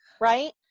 right